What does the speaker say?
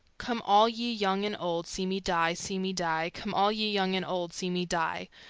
come all ye young and old, see me die, see me die, come all ye young and old, see me die,